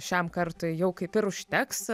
šiam kartui jau kaip ir užteks